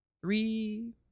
Three